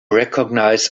recognize